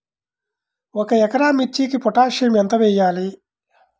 ఒక ఎకరా మిర్చీకి పొటాషియం ఎంత వెయ్యాలి?